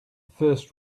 first